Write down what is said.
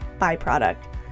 byproduct